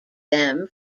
them